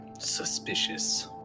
suspicious